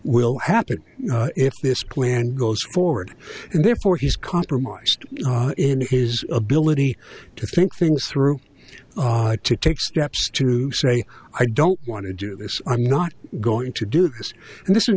will happen if this plan goes forward and therefore he's compromised in his ability to think things through to take steps to say i don't want to do this i'm not going to do this and this is